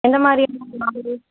எந்த மாதிரியெல்லாம் மாடல்